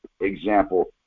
example